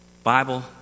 Bible